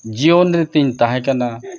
ᱡᱤᱭᱚᱱ ᱨᱮᱛᱤᱧ ᱛᱟᱦᱮᱸ ᱠᱟᱱᱟ